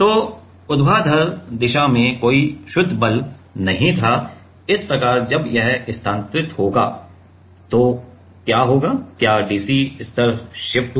तो ऊर्ध्वाधर दिशा में कोई शुद्ध बल नहीं था इस प्रकार जब यह स्थानांतरित होगा तो क्या हुआ क्या dc स्तर शिफ्ट हुआ